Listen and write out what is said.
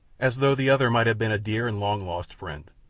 as though the other might have been a dear and long lost friend.